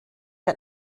ein